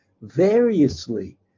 variously